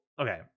okay